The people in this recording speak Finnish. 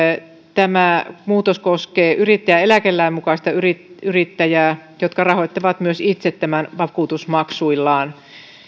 tämä muutos koskee yrittäjäeläkelain mukaista yrittäjää yrittäjää joka rahoittaa myös itse tämän vakuutusmaksuillaan